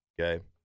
Okay